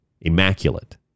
immaculate